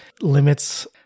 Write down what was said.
limits